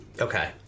Okay